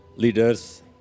leaders